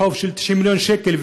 בחוב של 90 מיליון שקל,